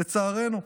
לצערנו.